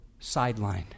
sidelined